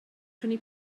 prynu